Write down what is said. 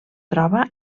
troba